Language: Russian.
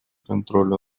контролю